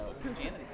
Christianity